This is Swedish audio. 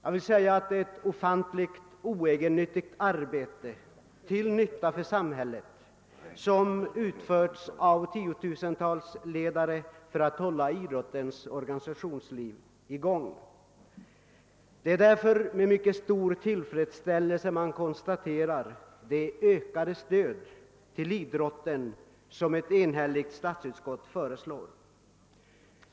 Det är ett ofantligt oegennyttigt arbete till nytta för samhället som har utförts av tiotusentals ledare för att hålla idrottens organisationsliv i gång. Det är därför med mycket stor tillfredsställelse man konstaterar det ökade stöd till idrotten som ett enhälligt statsutskott föreslår.